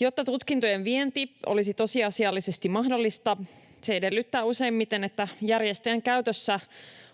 Jotta tutkintojen vienti olisi tosiasiallisesti mahdollista, se edellyttää useimmiten, että järjestäjän käytössä